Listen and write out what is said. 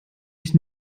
ich